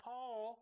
Paul